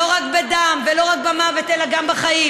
לא רק בדם ולא רק במוות, אלא גם בחיים.